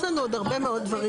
יש לנו עוד הרבה מאוד דברים.